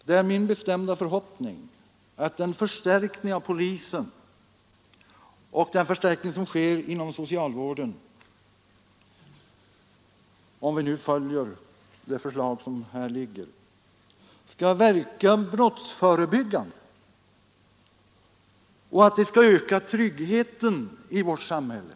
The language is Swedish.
Det är min bestämda förhoppning att den förstärkning av polisen och den förstärkning som kommer att ske inom socialvården, om vi nu följer utskottets förslag, skall verka brottsförebyggande och att det skall öka tryggheten i vårt samhälle.